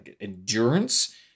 endurance